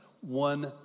one